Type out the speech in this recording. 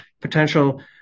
potential